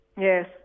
Yes